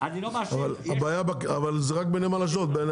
אבל זה רק בנמל אשדוד.